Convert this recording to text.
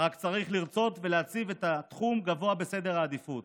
רק צריך לרצות ולהציב את התחום גבוה בסדר העדיפויות.